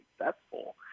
successful